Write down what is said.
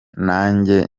nanjye